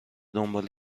دنبال